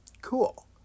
Cool